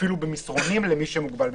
אפילו במסרונים למוגבלים בשמיעה.